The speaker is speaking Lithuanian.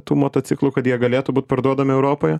tų motociklų kad jie galėtų būt parduodami europoje